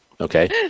Okay